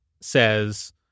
says